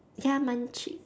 ya munch~